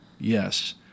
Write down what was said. Yes